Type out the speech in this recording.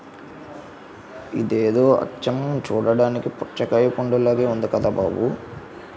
ఇదేదో అచ్చం చూడ్డానికి పుచ్చకాయ పండులాగే ఉంది కదా బాబూ